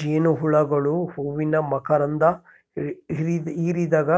ಜೇನುಹುಳುಗಳು ಹೂವಿನ ಮಕರಂಧ ಹಿರಿದಾಗ